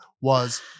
was-